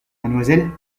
mademoiselle